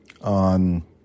on